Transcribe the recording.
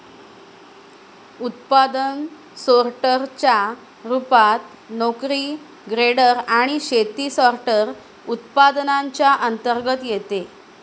उत्पादन सोर्टर च्या रूपात, नोकरी ग्रेडर आणि शेती सॉर्टर, उत्पादनांच्या अंतर्गत येते